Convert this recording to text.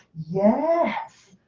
yes.